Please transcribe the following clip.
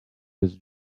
his